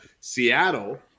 Seattle